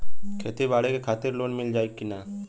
खेती बाडी के खातिर लोन मिल जाई किना?